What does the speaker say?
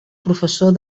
professor